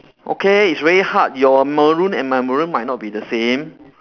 okay it's very hard your maroon and my maroon might not be the same